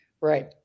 Right